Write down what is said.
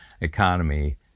economy